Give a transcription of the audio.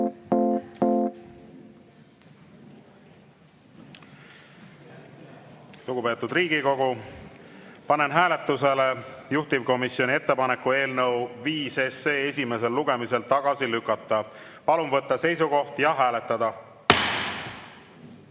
juurde. Lugupeetud Riigikogu, panen hääletusele juhtivkomisjoni ettepaneku eelnõu 5 esimesel lugemisel tagasi lükata. Palun võtta seisukoht ja hääletada!